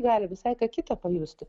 gali visai ką kita pajusti